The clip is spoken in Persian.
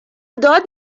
داد